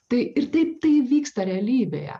tai ir taip tai vyksta realybėje